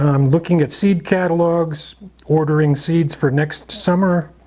i'm looking at seed catalogs ordering seeds for next summer.